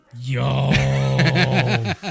Yo